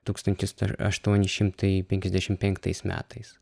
tūkstantis aštuoni šimtai penkiasdešim penktais metais